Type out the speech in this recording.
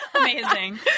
Amazing